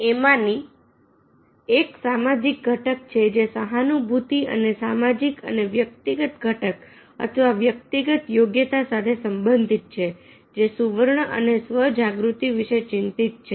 આમાંની એક સામાજિક ઘટક છે જે સહાનુભૂતિ અને સામાજિક અને વ્યક્તિગત ઘટક અથવા વ્યક્તિગત યોગ્યતા સાથે સંબંધિત છે જે સુવર્ણ અને સ્વ જાગૃતિ વિશે ચિંતિત છે